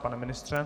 Pane ministře?